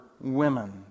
women